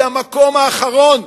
היא המקום האחרון,